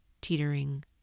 teetering